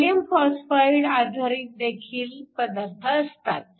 gallium phosphide आधारित पदार्थ देखील असतात